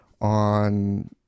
on